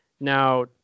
Now